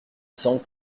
cent